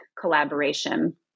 collaboration